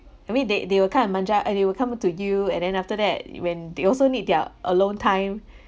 I mean they they were kind of manja and it will coming to you and then after that it when they also need their alone time